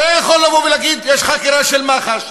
היה יכול לבוא ולהגיד: יש חקירה של מח"ש,